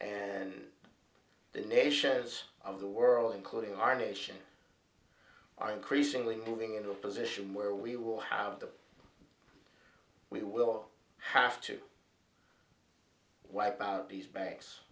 and the nation has of the world including our nation are increasingly moving into a position where we will have that we will have to wipe out these ba